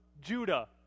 Judah